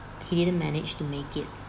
he didn't managed to make it